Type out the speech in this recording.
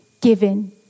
given